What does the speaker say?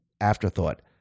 afterthought